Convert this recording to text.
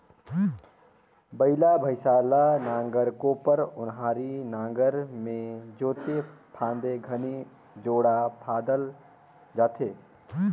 बइला भइसा ल नांगर, कोपर, ओन्हारी नागर मे जोते फादे घनी जोड़ा फादल जाथे